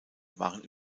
waren